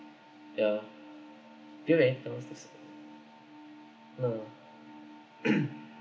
yeah uh